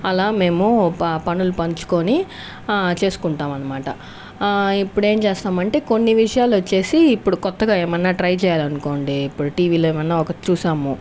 అలా మేము ప పనులు పంచుకొని చేసుకుంటాం అనమాట ఇప్పుడు ఏం చేస్తామంటే కొన్ని విషయాలు వచ్చేసి ఇప్పుడు కొత్తగా ఏమన్నా ట్రై చేయాలి అనుకోండి ఇప్పుడు టీవీలో ఏమన్నా ఒకటి చూసాము